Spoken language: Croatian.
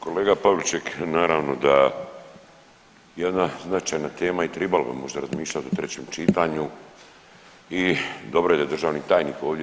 Kolega Pavliček naravno da je jedna značajna tema i trebalo bi možda razmišljati o trećem čitanju i dobro je da je državni tajnik ovdje.